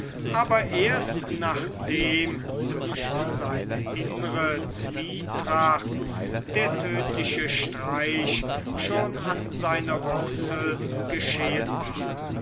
aber erst nachdem durch seine innere zwietracht der tödtliche streich schon an seiner wurzel geschehen war